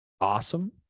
awesome